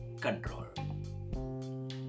control